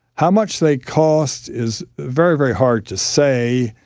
how much they cost is very, very hard to say.